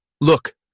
Look